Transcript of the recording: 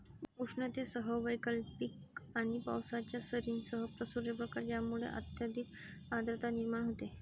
उष्णतेसह वैकल्पिक आणि पावसाच्या सरींसह सूर्यप्रकाश ज्यामुळे अत्यधिक आर्द्रता निर्माण होते